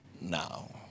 Now